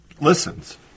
listens